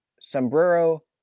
sombrero